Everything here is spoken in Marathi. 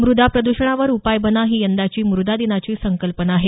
मृदा प्रद्षणावर उपाय बना ही यंदाची मृदा दिनाची संकल्पना आहे